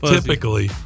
Typically